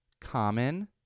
common